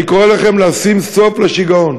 אני קורא לכם לשים סוף לשיגעון.